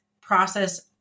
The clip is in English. process